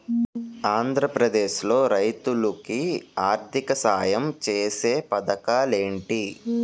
ఆంధ్రప్రదేశ్ లో రైతులు కి ఆర్థిక సాయం ఛేసే పథకాలు ఏంటి?